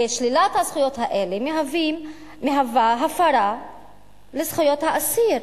ושלילת הזכויות האלה מהווה הפרה של זכויות האסיר.